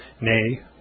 nay